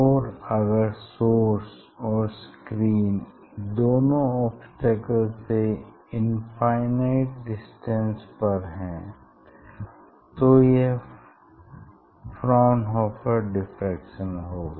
और अगर सोर्स और स्क्रीन दोनों ओब्स्टेकल से इनफाइनाइट डिस्टेंस पर हैं तो यह फ्रॉनहोफर डिफ्रैक्शन होगा